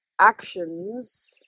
actions